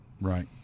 right